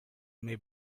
may